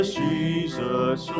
jesus